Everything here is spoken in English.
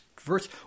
verse